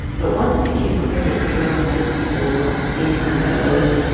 but once it became clear that joy might hold, in her nose,